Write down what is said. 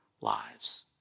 lives